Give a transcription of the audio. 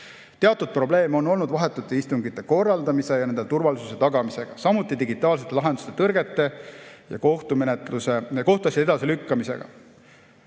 Teatud probleeme on olnud vahetute istungite korraldamise ja nende turvalisuse tagamisega, samuti digitaalsete lahenduste tõrgetega ja kohtuasjade edasilükkamisega.